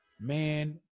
Man